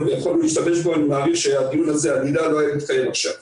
ואני גם מצטרף לדוברים שהיו לפני על החשיבות של התכנית.